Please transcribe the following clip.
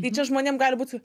tai čia žmonėm gali būt